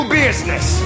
business